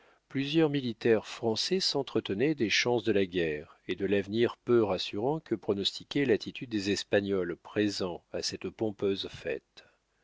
plusieurs militaires français s'entretenaient des chances de la guerre et de l'avenir peu rassurant que pronostiquait l'attitude des espagnols présents à cette pompeuse fête